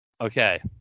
Okay